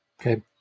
Okay